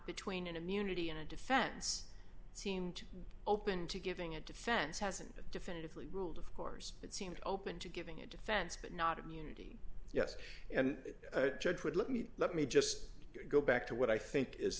between an immunity and a defense seemed open to giving a defense hasn't definitively ruled of course it seemed open to giving a defense but not immunity yes and judge would let me let me just go back to what i think is